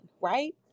right